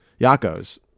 Yakos